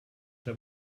that